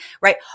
right